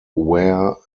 ware